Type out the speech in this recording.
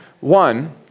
One